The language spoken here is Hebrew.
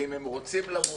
ואם הם רוצים למול,